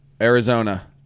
Arizona